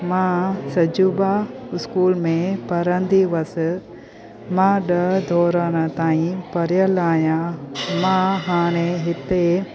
मां सजोबा स्कूल में पढ़ंदी हुअसि मां ॾह दौरण ताईं पढ़ियल आहियां मां हाणे हिते